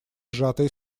сжатые